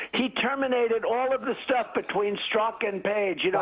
he terminated all of the stuff between strzok and page.